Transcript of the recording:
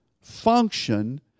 function